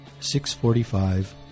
645